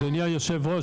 אדוני היו"ר,